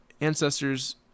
ancestors